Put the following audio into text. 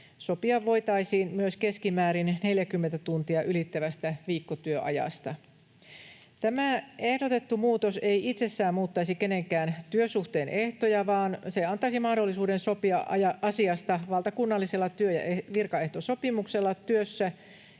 Sopia voitaisiin myös keskimäärin 40 tuntia ylittävästä viikkotyöajasta. Tämä ehdotettu muutos ei itsessään muuttaisi kenenkään työsuhteen ehtoja, vaan se antaisi mahdollisuuden sopia asiasta valtakunnallisella työ- ja virkaehtosopimuksella työssä,